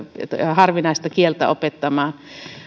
harvinaista kieltä opettamaan